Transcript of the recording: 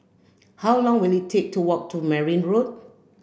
how long will it take to walk to Merryn Road